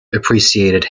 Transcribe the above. appreciated